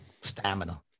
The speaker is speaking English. stamina